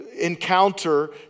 encounter